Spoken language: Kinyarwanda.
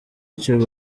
icyo